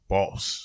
Boss